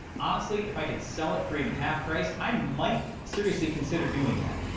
honestly, if i could sell it for even half price, i might seriously consider doing that,